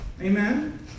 Amen